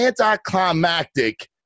anticlimactic